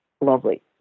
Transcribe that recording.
Lovely